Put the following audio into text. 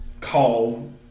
call